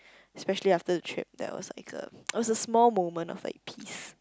especially after the trip there was like a it was a small moment of like peace